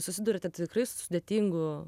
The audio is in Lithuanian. susiduriate tikrai su sudėtingu